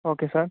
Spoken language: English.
okay sir